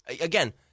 Again